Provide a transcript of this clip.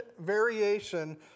variation